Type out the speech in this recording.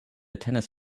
tennis